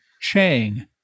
Chang